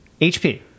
HP